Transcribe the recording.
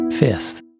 Fifth